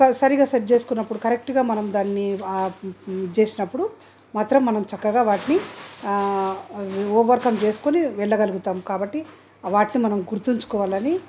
సరిగ్గా సెట్ చేసుకున్నప్పుడు కరెక్ట్గా మనం దాన్ని చేసినప్పుడు మాత్రం మనం చక్కగా వాటిని ఆ ఓవర్కమ్ చేసుకొని వెళ్ళగలుగుతాము కాబట్టి వాటిని మనం గుర్తుంచుకోవాలని